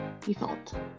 default